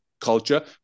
culture